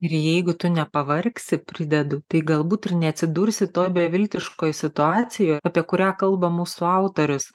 ir jeigu tu nepavargsi pridedu tai galbūt ir neatsidursi toj beviltiškoj situacijoje apie kurią kalba mūsų autorius